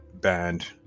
banned